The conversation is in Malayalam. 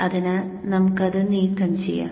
അതിനാൽ നമുക്ക് അത് നീക്കം ചെയ്യാം